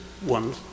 One